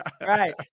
Right